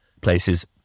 places